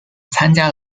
参加